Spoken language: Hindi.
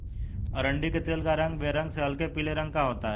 अरंडी के तेल का रंग बेरंग से हल्के पीले रंग का होता है